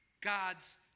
God's